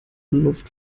luft